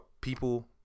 people